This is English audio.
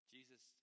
Jesus